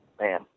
man